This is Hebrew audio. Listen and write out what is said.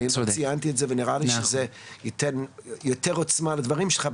נראה לי שזה ייתן יותר עוצמה לדברים שלך,